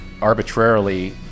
arbitrarily